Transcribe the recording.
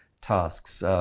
tasks